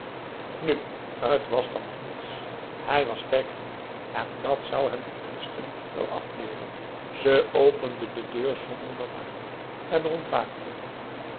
nu t was dan nog niets hij was sterk genoeg en dat zou hem die kunsten wel afleeren ze opende de deur zonder dat haar man er door ontwaakte